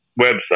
website